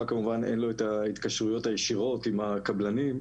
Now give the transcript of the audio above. כמובן אין לו את ההתקשרויות הישירות עם הקבלנים.